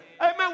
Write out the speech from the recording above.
Amen